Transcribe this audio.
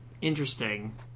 interesting